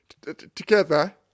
together